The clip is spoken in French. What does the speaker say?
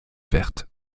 verte